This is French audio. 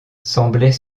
semblait